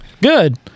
Good